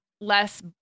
less